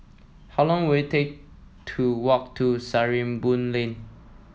how long will it take to walk to Sarimbun Lane